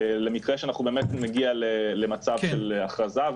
-- למקרה שאנחנו באמת נגיע למצב של הכרזה,